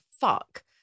fuck